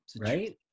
right